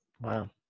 Wow